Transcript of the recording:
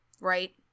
Right